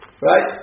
right